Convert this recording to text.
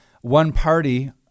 one-party